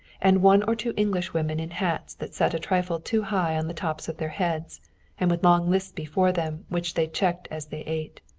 and one or two englishwomen in hats that sat a trifle too high on the tops of their heads and with long lists before them which they checked as they ate.